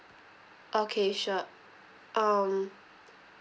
okay sure um